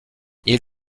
ils